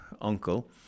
uncle